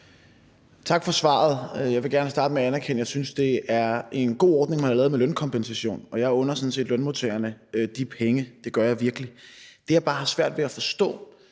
Tak for svaret. Jeg vil gerne starte med at anerkende, at jeg synes, det er en god ordning, man har lavet, med lønkompensation, og jeg under sådan set lønmodtagerne de penge. Det gør jeg virkelig. Det, jeg bare har svært ved at forstå,